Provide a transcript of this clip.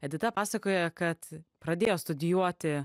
edita pasakoja kad pradėjo studijuoti